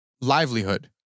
livelihood